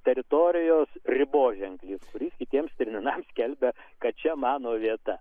teritorijos riboženklis kitiems stirninams skelbia kad čia mano vieta